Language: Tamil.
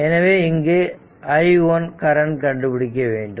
எனவே இங்கு i 1 கரண்ட் கண்டுபிடிக்க வேண்டும்